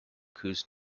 whose